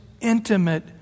intimate